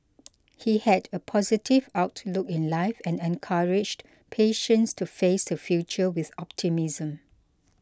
he had a positive outlook in life and encouraged patients to face the future with optimism